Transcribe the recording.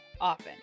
often